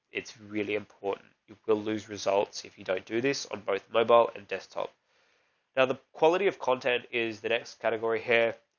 it's really important you will lose results if you don't do this on both mobile and desktop. now the quality of content is the next category here.